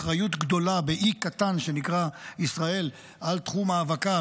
ובאי קטן שנקרא ישראל יש אחריות גדולה על תחום ההאבקה,